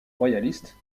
royaliste